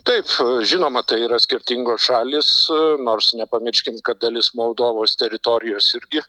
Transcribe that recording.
taip žinoma tai yra skirtingos šalys nors nepamirškim kad dalis moldovos teritorijos irgi